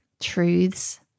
truths